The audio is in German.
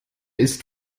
ist